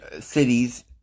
cities